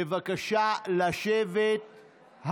בבקשה לשבת.